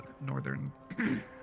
northern